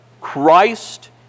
Christ